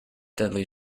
deadly